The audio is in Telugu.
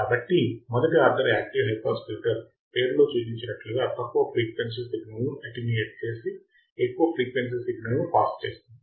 కాబట్టి మొదటి order active high pass filter పేరులో సూచించినట్లుగా తక్కువ ఫ్రీక్వెన్సీ సిగ్నల్ ను అటేన్యుయేట్ చేసి ఎక్కువ ఫ్రీక్వెన్సీ సిగ్నల్ను పాస్ చేస్తుంది